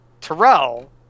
Terrell